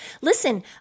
listen